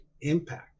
impact